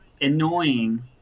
annoying